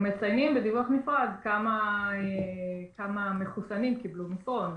אנחנו מציינים בדיווח נפרד כמה מחוסנים קיבלו מסרון.